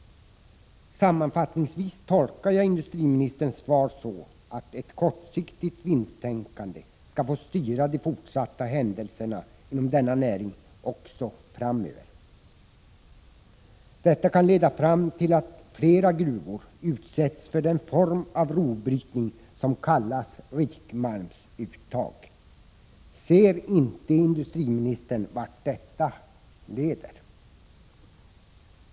Sammanfattningsvis tolkar jag industriministerns svar på ett sådant sätt att ett kortsiktigt vinsttänkande skall få styra de fortsatta händelserna inom denna näring också framöver. Detta kan leda till att flera gruvor utsätts för den form av rovbrytning som kallas rikmalmsuttag. Ser inte industriministern vart detta leder?